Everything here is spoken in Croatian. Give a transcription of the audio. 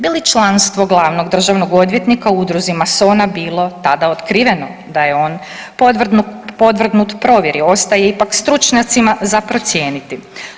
Bi li članstvo glavnog državnog odvjetnika u udruzi masona bilo tada otkriveno da je on podvrgnut provjeri, ostaje ipak stručnjacima za procijeniti.